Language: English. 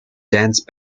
dance